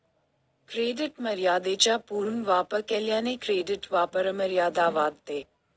credit मर्यादेचा पूर्ण वापर केल्याने क्रेडिट वापरमर्यादा वाढते